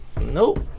Nope